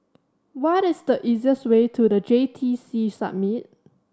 what is the easiest way to The J T C Summit